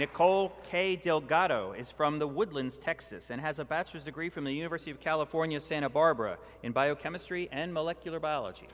is from the woodlands texas and has a bachelor's degree from the university of california santa barbara in biochemistry and molecular biology